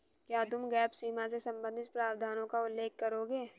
क्या तुम गैप सीमा से संबंधित प्रावधानों का उल्लेख करोगे?